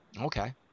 Okay